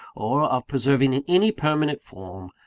or of preserving in any permanent form,